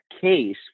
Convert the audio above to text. case